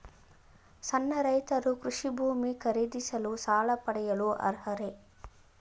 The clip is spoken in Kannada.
ಸಣ್ಣ ರೈತರು ಕೃಷಿ ಭೂಮಿ ಖರೀದಿಸಲು ಸಾಲ ಪಡೆಯಲು ಅರ್ಹರೇ?